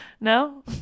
No